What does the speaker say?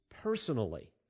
personally